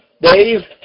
Dave